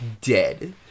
dead